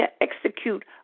execute